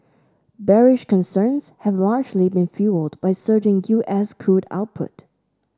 bearish concerns have largely been fuelled by surging U S crude output